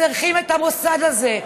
וצריכים את המוסד הזה,